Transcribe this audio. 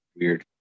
weird